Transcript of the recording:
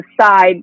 side